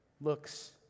Looks